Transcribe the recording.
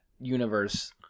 universe